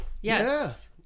Yes